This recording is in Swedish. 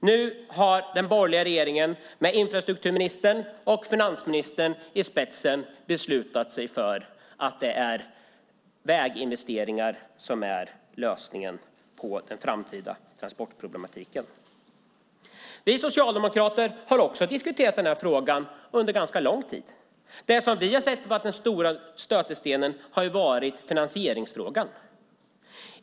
Nu har den borgerliga regeringen med infrastrukturministern och finansministern i spetsen beslutat sig för att det är väginvesteringar som är lösningen på den framtida transportproblematiken. Vi socialdemokrater har också diskuterat den här frågan under ganska lång tid. Det som vi har sett varit den stora stötestenen är finansieringsfrågan.